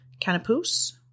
Canopus